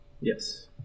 Yes